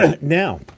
Now